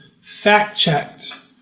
fact-checked